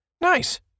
Nice